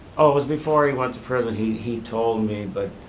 oh, it was before he went to prison, he he told me, but